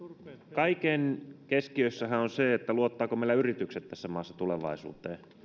kaiken keskiössähän on se luottavatko meillä yritykset tässä maassa tulevaisuuteen